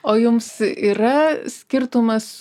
o jums yra skirtumas